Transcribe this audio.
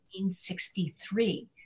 1963